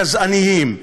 הגזעניים.